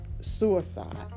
suicide